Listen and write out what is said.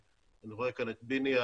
אני רואה כאן את ביני,